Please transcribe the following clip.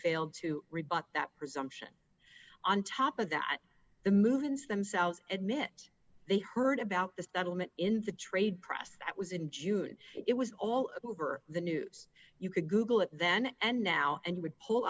failed to rebut that presumption on top of that the movements themselves admit they heard about the settlement in the trade press that was in june it was all over the news you could google it then and now and you would pull